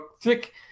thick